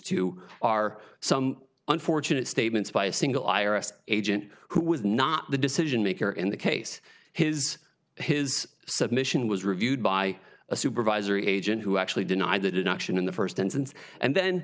to are some unfortunate statements by a single i r s agent who was not the decision maker in the case his his submission was reviewed by a supervisory agent who actually denied that inaction in the first instance and then